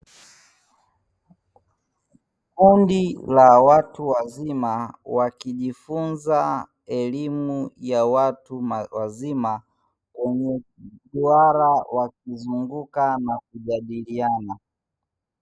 Kundi la watu wazima wakijifunza elimu ya watu wazima kwenye mduara, wakizunguka na kujadiliana.